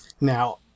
Now